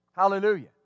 hallelujah